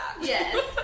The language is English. Yes